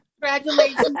Congratulations